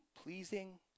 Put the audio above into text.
pleasing